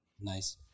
Nice